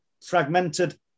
fragmented